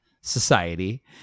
society